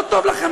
לא טוב לכם?